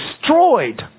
destroyed